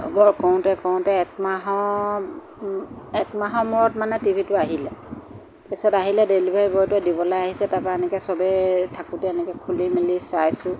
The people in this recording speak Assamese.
খবৰ কৰোঁতে কৰোঁতে একমাহৰ একমাহৰ মূৰত মানে টিভিটো আহিলে পিছত আহিলে ডেলিভাৰি বয়টোৱে দিবলৈ আহিছে তাৰপৰা এনেকৈ সবে থাকোঁতে এনেকৈ খুলি মেলি চাইছোঁ